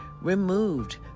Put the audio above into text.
removed